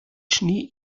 schnee